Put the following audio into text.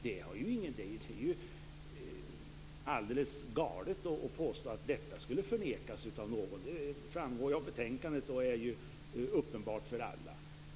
Det är alldeles galet att påstå att detta skulle förnekas av någon. Det är något som framgår av betänkandet, och det är uppenbart för alla.